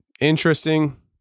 interesting